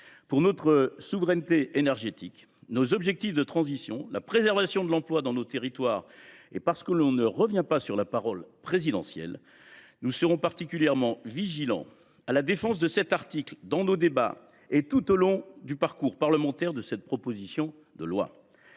de notre souveraineté énergétique, de nos objectifs de transition et de la préservation de l’emploi dans nos territoires, mais aussi parce que l’on ne revient pas sur la parole présidentielle, nous serons particulièrement vigilants à la défense de cet article, lors de nos débats et tout au long du parcours parlementaire de cette proposition de loi.